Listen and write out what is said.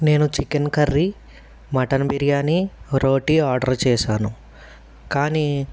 నేను chicken curry mutton biryani roti order చేశాను కానీ